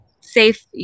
safe